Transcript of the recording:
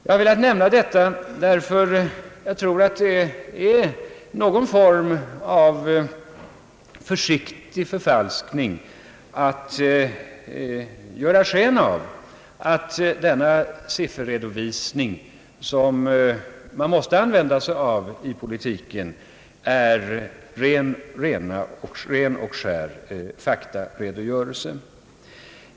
Jag har velat nämna detta därför att jag tror att det är en form av försiktig förfalskning att ge sken av att denna sifferredovisning, som man måste använda sig av i politiken, skall betraktas som en ren och klar faktaredogörelse.